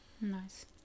nice